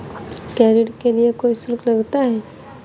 क्या ऋण के लिए कोई शुल्क लगता है?